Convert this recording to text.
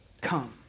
come